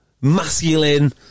masculine